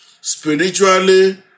spiritually